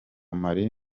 mali